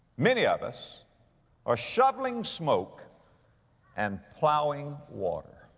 many of us are shoveling smoke and plowing water.